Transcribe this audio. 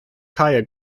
gaya